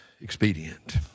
expedient